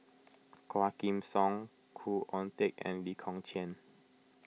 Quah Kim Song Khoo Oon Teik and Lee Kong Chian